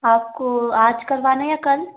आपको आज करवाना या कल